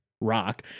rock